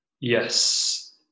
Yes